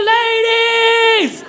ladies